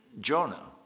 Jonah